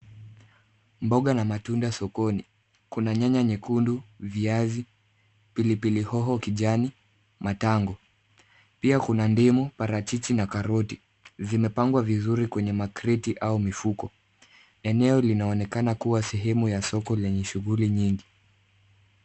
Mboga na matunda sokoni. kuna nyanya nyekundu, viazi pilipilihoho kijani, matango, pia kuna ndimu, parachichi na karoti zimepangwa vizuri kwenye makreti au mifuko. Eneo linaonekana kuwa sehemu ya soko lenye shuguli nyingi.